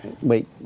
wait